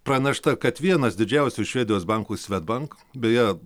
pranešta kad vienas didžiausių švedijos bankų svedbank beje